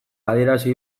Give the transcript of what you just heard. adierazi